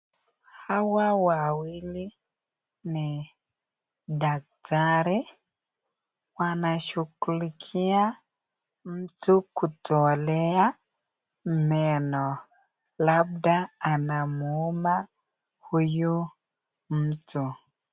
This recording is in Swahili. Hawa wawili ni daktari, wanashughulikia mtu kutolea meno labda anamuuma huyu mtu.